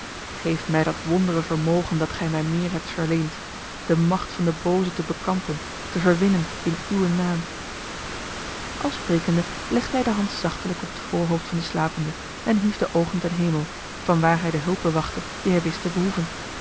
geef mij dat wondre vermogen dat gij mij meer hebt verleend de macht van den booze te bekampen te verwinnen in uwen naam al sprekende legde hij de hand zachtelijk op het voorhoofd van den slapende en hief de oogen ten hemel vanwaar hij de hulpe wachtte die hij wist te behoeven